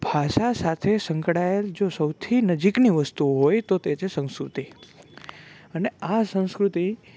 ભાષા સાથે સંકળાયેલ જો સૌથી નજીકની વસ્તુ હોય તો તે છે સંસ્કૃતિ અને આ સંસ્કૃતિ